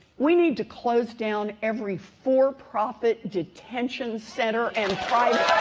we need to close down every for-profit detention center and private